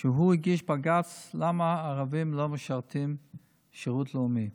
שהוא הגיש בג"ץ למה ערבים לא משרתים בשירות לאומי.